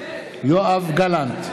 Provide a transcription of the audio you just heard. יואב גלנט,